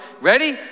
Ready